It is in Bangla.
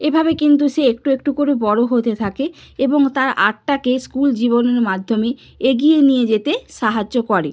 এভাবে কিন্তু সে একটু একটু করে বড় হতে থাকে এবং তার আর্টটাকে স্কুল জীবনের মাধ্যমে এগিয়ে নিয়ে যেতে সাহায্য করে